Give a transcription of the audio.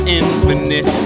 infinite